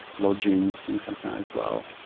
lodgings, things like that as well.